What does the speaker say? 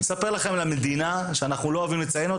אני אספר לכם על המדינה שאנחנו לא אוהבים לציין אותה,